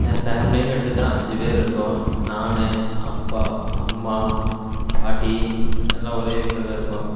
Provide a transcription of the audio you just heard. என் ஃபேமிலின்னு எடுத்துட்டால் அஞ்சு பேர் இருக்கோம் நான் அப்பா அம்மா பாட்டி எல்லாம் ஒரே வீட்டில் தான் இருக்கோம்